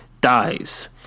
dies